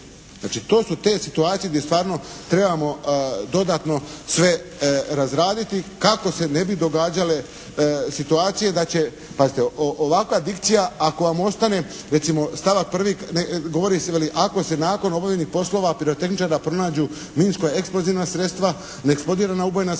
to su te situacije gdje stvarno trebamo dodatno sve razraditi kako se ne bi događale situacije da će. Pazite ovakva dikcija ako vam ostane recimo stavak 1., govori se, veli ako se nakon obavljenih poslova pirotehničara pronađu minsko-eksplozivna sredstva, neeksplodirana …/Govornik